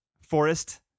Forest